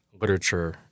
literature